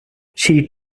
she